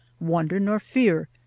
wonder nor fear,